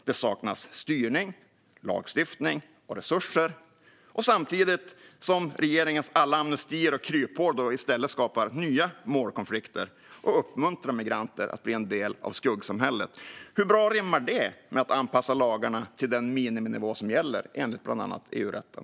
Det saknas styrning, lagstiftning och resurser, samtidigt som regeringens alla amnestier och kryphål i stället skapar nya målkonflikter och uppmuntrar migranter att bli en del av skuggsamhället. Hur bra rimmar det med att anpassa lagarna till den miniminivå som gäller enligt bland annat EU-rätten?